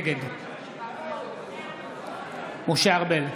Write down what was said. נגד משה ארבל,